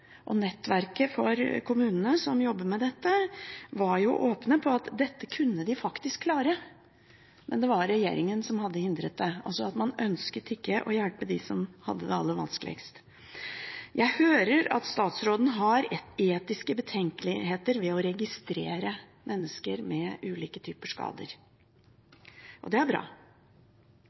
kommunene. Nettverket for kommunene som jobber med dette, var åpne om at dette kunne de faktisk klare, men det var regjeringen som hadde hindret det. Man ønsket altså ikke å hjelpe dem som hadde det aller vanskeligst. Jeg hører at statsråden har etiske betenkeligheter med å registrere mennesker med ulike typer skader. Det er bra,